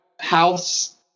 House